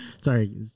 Sorry